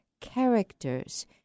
characters